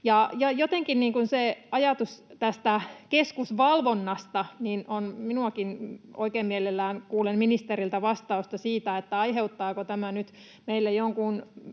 ajatusta keskusvalvonnasta, ja oikein mielelläni kuulen ministeriltä vastauksen siihen, aiheuttaako tämä nyt